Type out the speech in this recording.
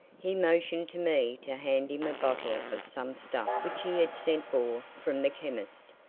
he motioned to me to hand him a bottle of some stuff which he had sent for from the chemist,